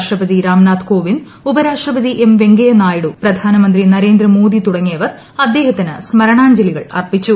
രാഷ്ട്രപതി രാംനാഥ് കോവിന്ദ് ഉപരാഷ്ട്രപതി എം വെങ്കയ്യനായിഡു പ്രധാനമന്ത്രി നരേന്ദ്രമോദി തുടങ്ങിയവർ അദ്ദേഹത്തിന് സ്മരണാഞ്ജലികൾ അർപ്പിച്ചു